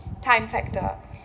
time factor